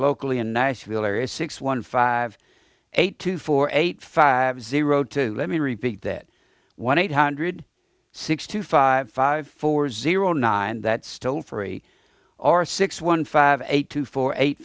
locally in niceville are six one five eight two four eight five zero two let me repeat that one eight hundred six two five five four zero nine that's still free or six one five eight two four eight